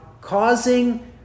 causing